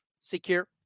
secure